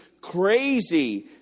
crazy